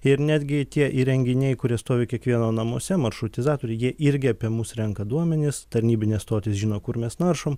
ir netgi tie įrenginiai kurie stovi kiekvieno namuose maršrutizatoriai jie irgi apie mus renka duomenis tarnybinės stotys žino kur mes naršom